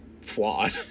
flawed